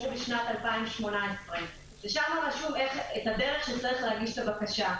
רישוי ספקי גז שאושרו בשנת 2018. שם רשום איך צריך להגיש את הבקשה.